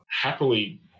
Happily